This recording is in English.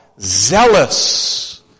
zealous